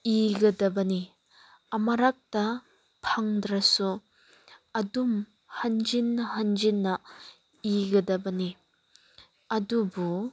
ꯏꯒꯗꯕꯅꯤ ꯑꯃꯨꯔꯛꯇ ꯐꯪꯗ꯭ꯔꯁꯨ ꯑꯗꯨꯝ ꯍꯟꯖꯤꯟ ꯍꯟꯖꯤꯟꯅ ꯏꯒꯗꯕꯅꯤ ꯑꯗꯨꯕꯨ